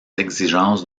exigences